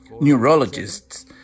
neurologists